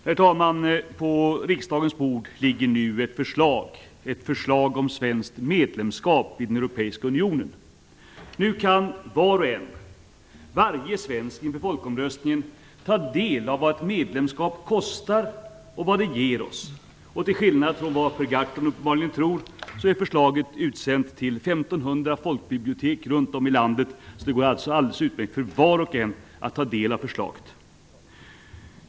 Herr talman! På riksdagens bord ligger nu ett förslag om svenskt medlemskap i den europeiska unionen. Nu kan var och en, varje svensk, inför folkomröstningen ta del av vad ett medlemskap kostar och vad det ger oss. Till skillnad från vad Per Gahrton uppenbarligen tror är förslaget utsänt till 1 500 folkbibliotek runt om i landet. Det går alltså alldeles utmärkt för var och en att ta del av förslaget.